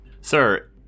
Sir